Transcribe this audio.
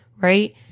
right